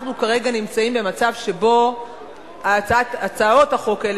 אנחנו כרגע נמצאים במצב שבו הצעות החוק האלה,